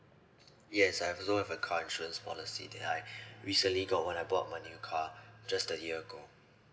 yes I also have a car insurance policy that I recently got when I bought my new car just a year ago